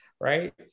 right